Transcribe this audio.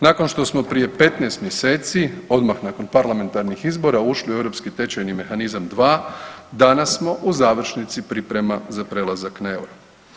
Nakon što smo prije 15 mjeseci, odmah nakon parlamentarnih izbora ušli u europski tečajni mehanizam dva danas smo u završnici priprema za prelazak na euro.